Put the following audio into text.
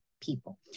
people